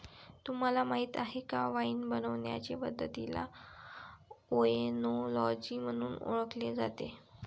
तुम्हाला माहीत आहे का वाइन बनवण्याचे पद्धतीला ओएनोलॉजी म्हणून ओळखले जाते